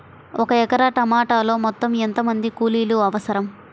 ఒక ఎకరా టమాటలో మొత్తం ఎంత మంది కూలీలు అవసరం?